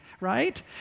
right